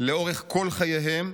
לאורך כל חייהם,